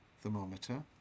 thermometer